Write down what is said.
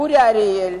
אורי אריאל,